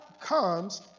comes